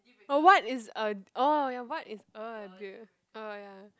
oh what is a oh ya what is a deal oh ya